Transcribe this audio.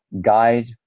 guide